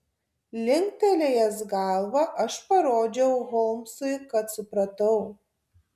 linktelėjęs galvą aš parodžiau holmsui kad supratau